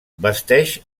vesteix